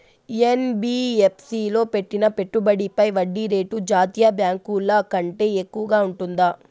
NBFC లో పెట్టిన పెట్టుబడి పై వడ్డీ రేటు జాతీయ బ్యాంకు ల కంటే ఎక్కువగా ఉంటుందా?